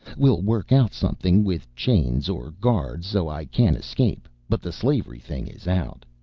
we'll work out something with chains or guards so i can't escape, but the slavery thing is out.